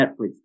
Netflix